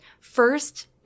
First